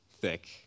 thick